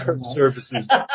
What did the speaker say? services